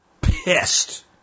pissed